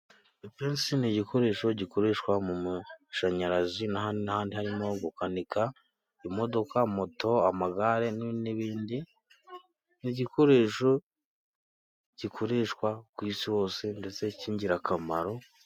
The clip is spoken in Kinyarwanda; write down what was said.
Ipensi ni igikoresho gikoreshwa mu mashanyarazi, n'ahandi harimo gukanika imodoka, moto, amagare n'ibindi ni igikoresho gikoreshwa ku isi hose ndetse cy'ingirakamaro.